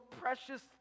precious